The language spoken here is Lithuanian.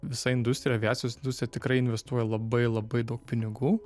visa industrija aviacijos industrija tikrai investuoja labai labai daug pinigų